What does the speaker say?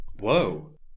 Whoa